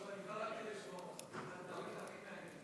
הכי מעניין, הוא הכי מעניין.